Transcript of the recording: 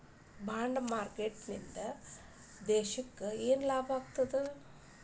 Bond marketing ಇಂದಾ ದೇಶಕ್ಕ ಯೆನ್ ಲಾಭಾಗ್ತದ?